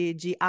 de